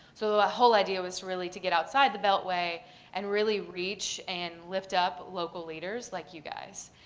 so the whole idea was really to get outside the beltway and really reach and lift up local leaders like you guys.